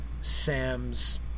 Sam's